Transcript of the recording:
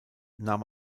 nahm